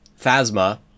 Phasma